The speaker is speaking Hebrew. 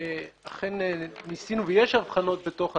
אכן ניסינו ויש הבחנות בתוך הצו.